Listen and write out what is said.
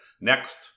Next